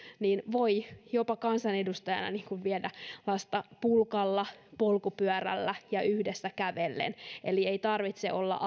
voi jopa kansanedustajana viedä lasta pulkalla polkupyörällä ja yhdessä kävellen eli ei tarvitse olla